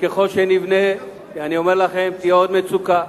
וככל שנבנה, אני אומר לכם, תהיה עוד מצוקה.